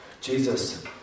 Jesus